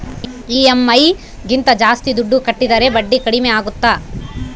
EMI ಗಿಂತ ಜಾಸ್ತಿ ದುಡ್ಡು ಕಟ್ಟಿದರೆ ಬಡ್ಡಿ ಕಡಿಮೆ ಆಗುತ್ತಾ?